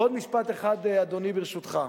ועוד משפט אחד, אדוני, ברשותך.